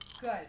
Good